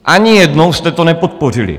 Ani jednou jste to nepodpořili.